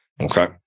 Okay